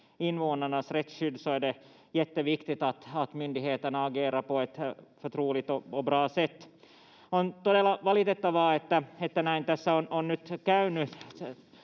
On todella valitettavaa, että tässä on nyt käynyt